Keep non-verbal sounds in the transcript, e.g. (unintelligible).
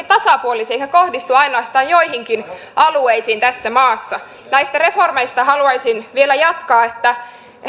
(unintelligible) tasapuolisesti eivätkä kohdistu ainoastaan joihinkin alueisiin tässä maassa näistä reformeista haluaisin vielä jatkaa että ei